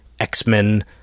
X-Men